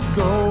go